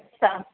हाँ